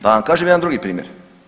Da vam kažem jedan drugi primjer.